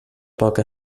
poca